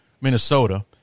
Minnesota